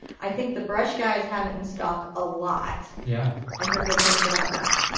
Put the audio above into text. i think the brushguys have it in stock a lot. yeah. i hear good things about that.